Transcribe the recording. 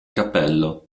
cappello